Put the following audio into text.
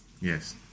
Yes